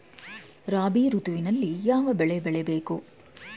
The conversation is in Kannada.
ರಾಬಿ ಋತುವಿನಲ್ಲಿ ಯಾವ ಬೆಳೆ ಬೆಳೆಯ ಬೇಕು?